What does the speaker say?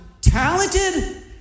talented